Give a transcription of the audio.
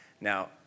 Now